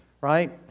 Right